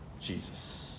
Jesus